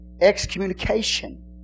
Excommunication